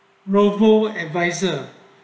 robo adviser